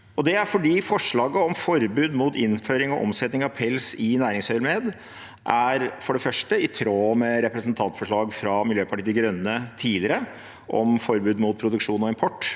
forslaget om forbud mot innføring og omsetning av pels i næringsøyemed er i tråd med tidligere representantforslag fra Miljøpartiet De Grønne om forbud mot produksjon og import